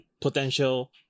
potential